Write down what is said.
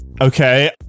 Okay